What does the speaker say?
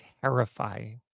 terrifying